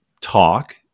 talk